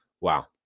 wow